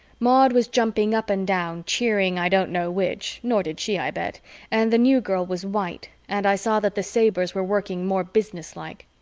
maud was jumping up and down, cheering i don't know which nor did she, i bet and the new girl was white and i saw that the sabers were working more businesslike.